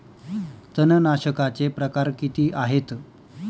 तणनाशकाचे प्रकार किती आहेत?